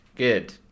good